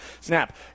Snap